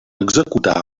executar